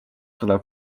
tuleb